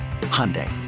Hyundai